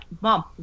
mom